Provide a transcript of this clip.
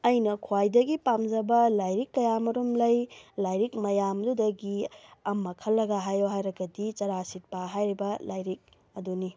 ꯑꯩꯅ ꯈ꯭ꯋꯥꯏꯗꯒꯤ ꯄꯥꯝꯖꯕ ꯂꯥꯏꯔꯤꯛ ꯀꯌꯥꯃꯔꯨꯝ ꯂꯩ ꯂꯥꯏꯔꯤꯛ ꯃꯌꯥꯝꯗꯨꯗꯒꯤ ꯑꯃ ꯈꯜꯂꯒ ꯍꯥꯏꯌꯣ ꯍꯥꯏꯔꯒꯗꯤ ꯆꯔꯥ ꯁꯤꯠꯄ ꯍꯥꯏꯔꯤꯕ ꯂꯥꯏꯔꯤꯛ ꯑꯗꯨꯅꯤ